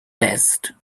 best